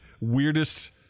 weirdest